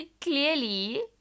clearly